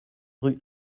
rue